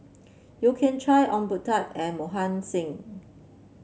Yeo Kian Chye Ong Boon Tat and Mohan Singh